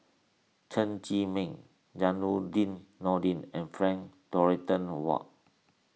Chen Zhiming Zainudin Nordin and Frank Dorrington Ward